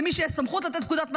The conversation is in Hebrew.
למי שיש סמכות לתת פקודת מעצר.